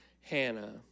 Hannah